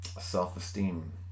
self-esteem